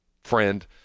friend